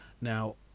now